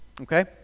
Okay